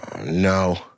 No